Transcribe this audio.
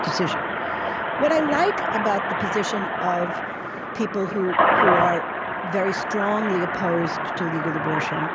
decision what i like about the position of people who who are very strongly opposed to legal abortion,